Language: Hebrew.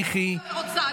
לא, זה לא מה שהיא רוצה.